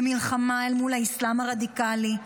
במלחמה אל מול האסלאם הרדיקלי,